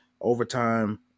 overtime